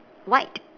white